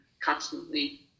constantly